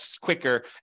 quicker